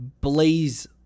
blaze